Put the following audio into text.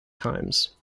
times